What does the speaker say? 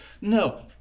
No